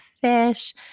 fish